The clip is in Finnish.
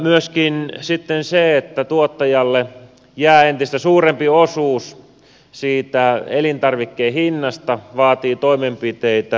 myöskin se että tuottajalle jää entistä suurempi osuus siitä elintarvikkeen hinnasta vaatii toimenpiteitä